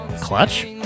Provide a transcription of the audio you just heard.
Clutch